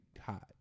hot